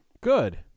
Good